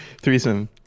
Threesome